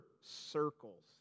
circles